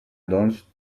doncs